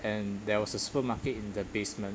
and there was a supermarket in the basement